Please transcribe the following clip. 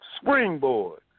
springboard